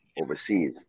overseas